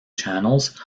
channels